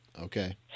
Okay